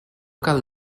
cal